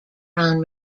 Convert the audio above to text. brown